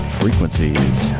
frequencies